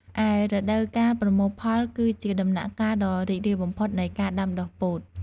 ឯរដូវកាលប្រមូលផលគឺជាដំណាក់កាលដ៏រីករាយបំផុតនៃការដាំដុះពោត។